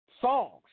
songs